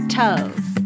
toes